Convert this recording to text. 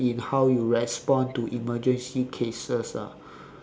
in how you respond to emergency cases ah